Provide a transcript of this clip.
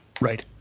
Right